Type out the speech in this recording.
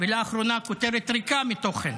ולאחרונה כותרת ריקה מתוכן.